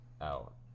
out